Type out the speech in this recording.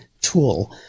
tool